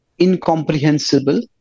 incomprehensible